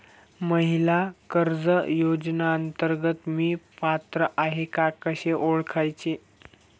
महिला कर्ज योजनेअंतर्गत मी पात्र आहे का कसे ओळखायचे?